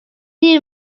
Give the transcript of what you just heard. you